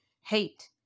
hate